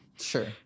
Sure